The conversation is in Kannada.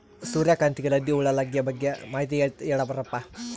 ಸೂರ್ಯಕಾಂತಿಗೆ ಲದ್ದಿ ಹುಳ ಲಗ್ಗೆ ಬಗ್ಗೆ ಮಾಹಿತಿ ಹೇಳರಪ್ಪ?